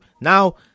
Now